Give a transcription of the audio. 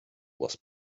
was